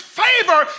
favor